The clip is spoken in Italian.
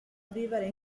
vivere